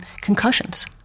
concussions